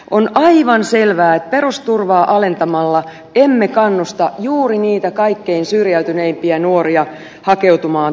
on aivan selvää että perusturvaa alentamalla emme kannusta juuri niitä kaikkein syrjäytyneimpiä nuoria hakeutumaan töihin